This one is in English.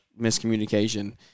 miscommunication